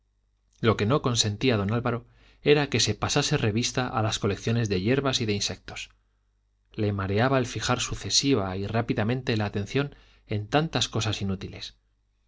lo que no consentía don álvaro era que se pasase revista a las colecciones de yerbas y de insectos le mareaba el fijar sucesiva y rápidamente la atención en tantas cosas inútiles